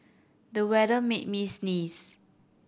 the weather made me sneeze